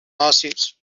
lawsuits